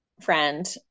friend